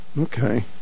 Okay